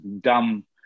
dumb